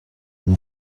mon